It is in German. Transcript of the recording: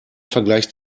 vergleich